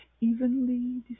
evenly